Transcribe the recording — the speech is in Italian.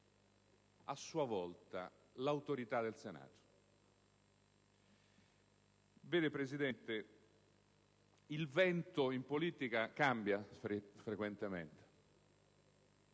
a sua volta l'autorità del Senato. Vede, signor Presidente, il vento in politica cambia frequentemente